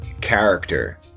character